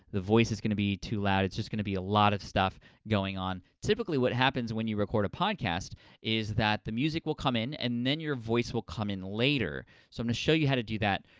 the voice is gonna be too loud. it's just going to be a lot of stuff going on. typically, what happens when you record a podcast is that the music will come in, and then your voice will come in later, so i'm gonna show you how to do that,